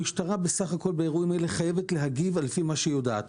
המשטרה בסך הכול באירועים כאלה חייבת להגיב על-פי מה שהיא יודעת.